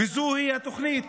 וזוהי התוכנית.